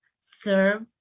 serve